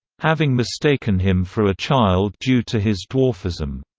having mistaken him for a child due to his dwarfism.